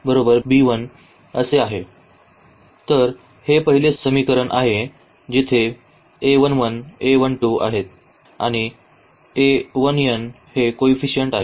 तर हे पहिले समीकरण आहे जिथे हे आहेत आणि हे कोइफिसिएंट आहेत